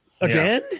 Again